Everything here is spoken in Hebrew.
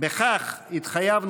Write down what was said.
מס' 129, 188,